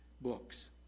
books